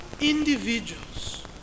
individuals